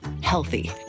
healthy